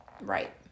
Right